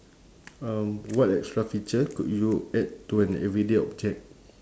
um what extra feature could you add to an everyday object